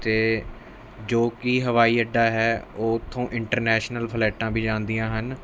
ਅਤੇ ਜੋ ਕਿ ਹਵਾਈ ਅੱਡਾ ਹੈ ਉੱਥੋਂ ਇੰਟਰਨੈਸ਼ਨਲ ਫਲੈਟਾਂ ਵੀ ਜਾਂਦੀਆਂ ਹਨ